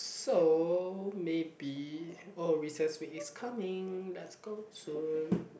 so maybe oh recess week is coming let's go soon